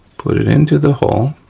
put it into the hole